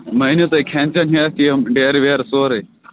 مٲنِو تُہۍ کھٮ۪ن چٮ۪ن ہٮ۪تھ یہِ ڈٮ۪رٕ وٮ۪رٕ سورُے